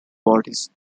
bodies